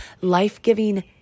life-giving